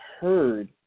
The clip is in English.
heard